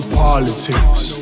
politics